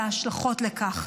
וההשלכות לכך.